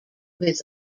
his